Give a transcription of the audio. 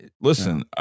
listen